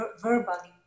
verbally